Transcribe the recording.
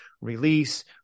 release